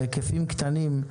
בהיקפים קטנים,